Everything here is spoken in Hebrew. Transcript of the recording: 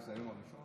זה היום הראשון?